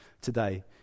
today